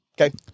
Okay